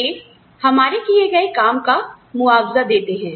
वे हमारे किए गए काम का मुआवजा देते हैं